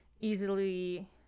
easily